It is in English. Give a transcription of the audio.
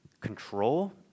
control